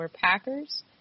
Packers